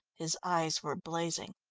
his eyes were blazing.